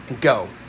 Go